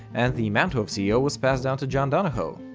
and the mantle of ceo was passed down to john donahoe.